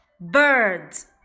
birds